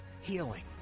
healing